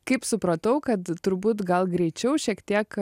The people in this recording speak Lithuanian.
kaip supratau kad turbūt gal greičiau šiek tiek